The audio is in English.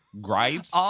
Gripes